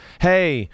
hey